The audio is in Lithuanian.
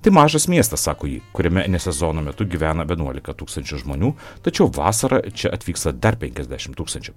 tai mažas miestas sako ji kuriame ne sezono metu gyvena vienuolika tūkstančių žmonių tačiau vasarą čia atvyksta dar penkiasdešim tūkstančių